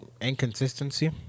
inconsistency